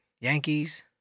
Yankees